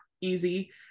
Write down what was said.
easy